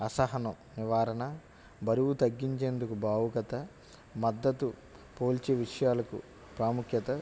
అసహన నివారణ బరువు తగ్గించేందుకు భావుకత మద్దతు పోల్చే విషయాలకు ప్రాముఖ్యత